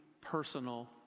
personal